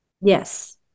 Yes